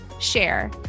share